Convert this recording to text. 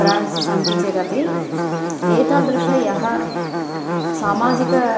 brands सन्ति चेदपि एतादृशं यः सामाजिक